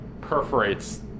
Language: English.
perforates